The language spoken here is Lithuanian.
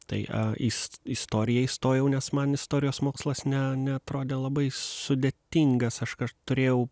tai a į istoriją įstojau nes man istorijos mokslas ne neatrodė labai sudėtingas aš kaž turėjau